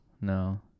No